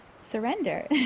surrender